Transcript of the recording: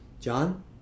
John